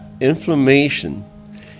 inflammation